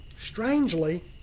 Strangely